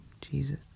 Jesus